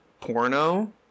porno